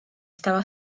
estaba